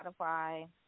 Spotify